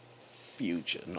Future